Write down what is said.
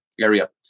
area